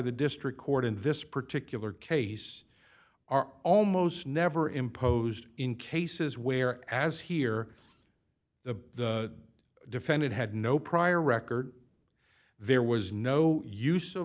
the district court in this particular case are almost never imposed in cases where as here the defendant had no prior record there was no use of